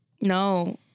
No